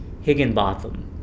Higginbotham